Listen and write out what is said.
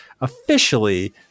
Officially